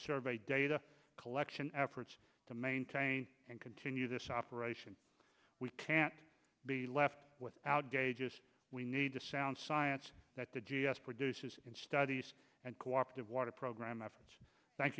survey data collection efforts to maintain and continue this operation we can't be left without gauges we need to sound science that the g s produces and studies and co operative water programme efforts thank